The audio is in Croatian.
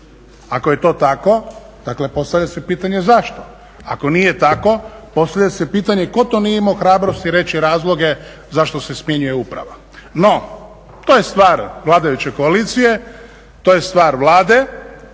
Ako je to tako, dakle postavlja se pitanje zašto? Ako nije tako postavlja se pitanje ko to nije imao hrabrosti reći razloge zašto se smjenjuje uprava? No, to je stvar vladajuće koalicije, to je stvar Vlade,